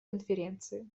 конференции